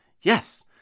Yes